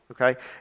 okay